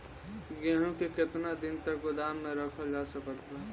गेहूँ के केतना दिन तक गोदाम मे रखल जा सकत बा?